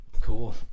Cool